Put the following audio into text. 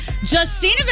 Justina